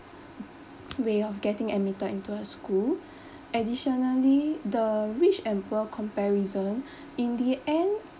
way of getting admitted into a school additionally the rich and poor comparison in the end